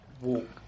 walk